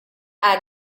had